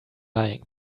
lying